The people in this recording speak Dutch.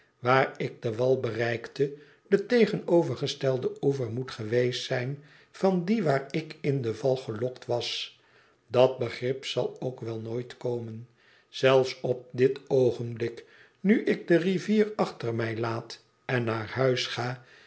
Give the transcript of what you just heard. waar ik den wal bereikte de tegenovergestelde oever moet geweest zijn van dien waar ik in de val gelokt was dat begrip zal ook wel nooit komen zelfs op dit oogenblik nu ik de rivier achter mij laat en naar huis ga